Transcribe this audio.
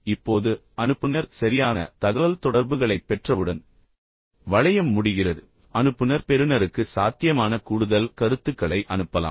இப்போது அனுப்புநர் சரியான தகவல்தொடர்புகளைப் பெற்றவுடன் வளையம் முடிகிறது அனுப்புநர் பெறுநருக்கு சாத்தியமான கூடுதல் கருத்துக்களை அனுப்பலாம்